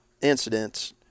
incidents